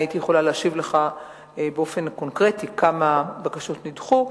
הייתי יכולה להשיב לך באופן קונקרטי כמה בקשות נדחו.